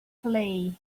flee